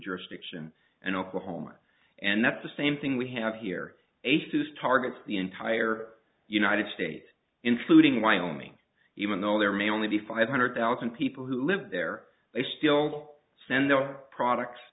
jurisdiction and oklahoma and that's the same thing we have here a foose targets the entire united states including wyoming even though there may only be five hundred thousand people who live there they still send their products